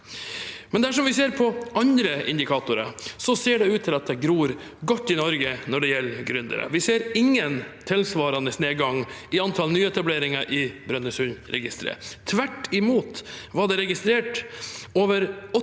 Men dersom vi ser på andre indikatorer, ser det ut til at det gror godt i Norge når det gjelder gründere. Vi ser ingen tilsvarende nedgang i antall nyetableringer i Brønnøysundregisteret. Tvert imot var det registrert over 28